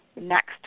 next